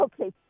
Okay